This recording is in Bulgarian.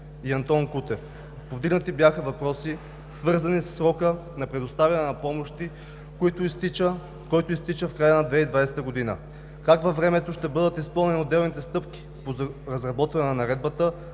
и Антон Кутев. Повдигнати бяха въпроси, свързани със срока за предоставяне на помощи, който изтича в края на 2020 г., как във времето ще бъдат изпълнени отделните стъпки по разработване на Наредбата,